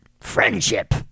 friendship